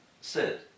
sit